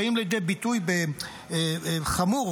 באים לידי ביטוי באופן חמור,